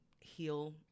heal